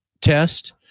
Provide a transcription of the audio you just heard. test